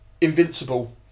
Invincible